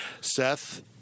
Seth